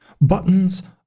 buttons